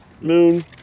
Moon